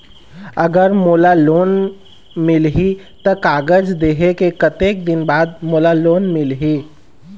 अगर मोला लोन मिलही त कागज देहे के कतेक दिन बाद मोला लोन मिलही?